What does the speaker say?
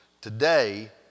Today